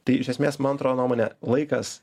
tai iš esmės man atrodo nuomonė laikas